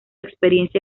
experiencia